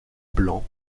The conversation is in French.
blanc